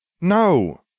No